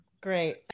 Great